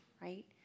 Right